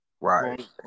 Right